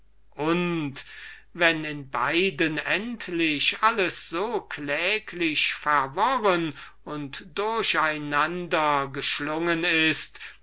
und wenn in beiden endlich alles so kläglich verworren und durch einander geschlungen ist